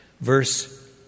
verse